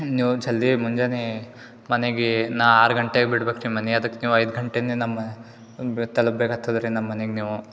ನೀವು ಜಲ್ದಿ ಮುಂಜಾನೆ ಮನೆಗೆ ನಾ ಆರು ಗಂಟೆಗ್ ಬಿಡ್ಬೇಕು ರೀ ಮನೆ ಅದಕ್ಕೆ ನೀವು ಐದು ಗಂಟೆನೆ ನಮ್ಮ ತಲ್ಪು ಬೇಕು ಆಗ್ತದೆ ರೀ ನಮ್ಮ ಮನೆಗೆ ನೀವು